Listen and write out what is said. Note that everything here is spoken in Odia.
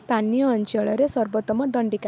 ସ୍ଥାନୀୟ ଅଞ୍ଚଳରେ ସର୍ବୋତ୍ତମ ଦଣ୍ଡିକା